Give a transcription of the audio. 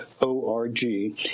o-r-g